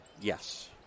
Yes